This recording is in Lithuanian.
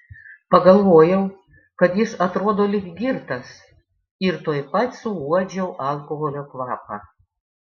pagalvojau kad jis atrodo lyg girtas ir tuoj pat suuodžiau alkoholio kvapą